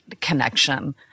connection